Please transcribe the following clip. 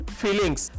feelings